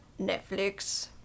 Netflix